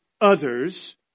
others